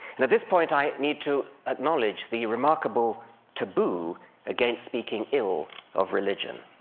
and at this point i need to acknowledge the remarkable taboo against speaking ill of religion,